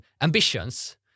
ambitions